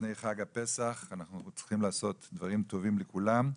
לפני חג הפסח אנחנו צריכים לעשות דברים טובים לכולם,